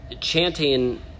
chanting